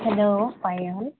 hello